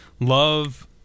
love